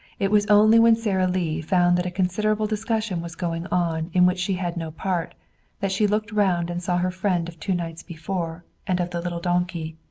it was only when sara lee found that a considerable discussion was going on in which she had no part that she looked round and saw her friend of two nights before and of the little donkey.